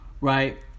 right